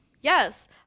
Yes